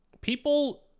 people